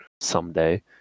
someday